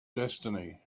destiny